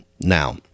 Now